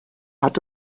hat